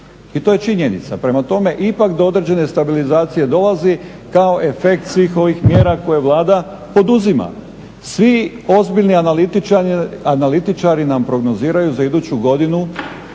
i to je činjenica. Prema tome, ipak do određene stabilizacije dolazi kao efekt svih ovih mjera koje Vlada poduzima. Svi ozbiljni analitičari nam prognoziraju za iduću godinu